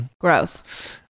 Gross